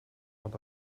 ort